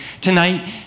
Tonight